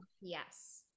yes